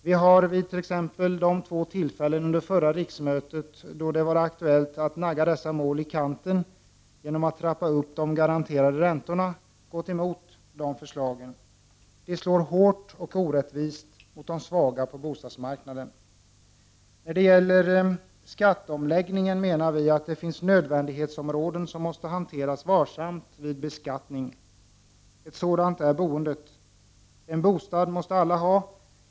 Vi har vid t.ex. de två tillfällen under förra riksmötet då det var aktuellt att nagga dessa mål i kanten genom att trappa upp de garanterade räntorna gått emot de förslagen. De slår hårt och orättvist mot de svaga på bostadsmarknaden. När det gäller skatteomläggningen menar vi att det finns nödvändiga områden som måste hanteras varsamt vid beskattning. Ett sådant område är boendet. En bostad måste alla ha.